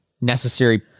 necessary